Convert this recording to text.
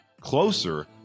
closer